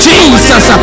Jesus